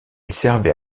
servait